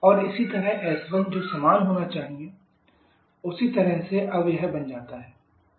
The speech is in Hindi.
TE और इसी तरह s1 जो समान होना चाहिए s1sgTE उसी तरह से अब यह बन जाता है sfg